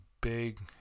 big